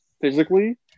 physically